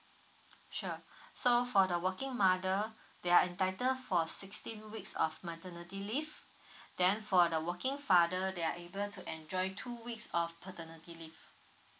sure so for the working mother they are entitled for sixteen weeks of maternity leave then for the working father they are able to enjoy two weeks of paternity leave